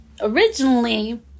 originally